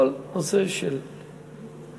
כל הנושא של,